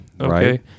Okay